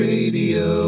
Radio